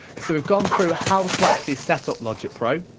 so we've gone through how to actually set up logic pro,